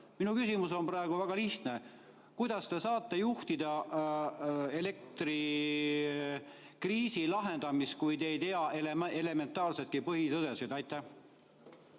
Minu küsimus on väga lihtne: kuidas te saate juhtida elektrikriisi lahendamist, kui te ei tea elementaarseidki põhitõdesid? Aitäh,